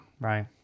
Right